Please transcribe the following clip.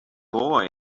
boy